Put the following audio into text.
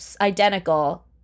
identical